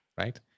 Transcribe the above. Right